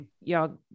y'all